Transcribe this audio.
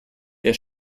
der